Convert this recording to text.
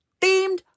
Themed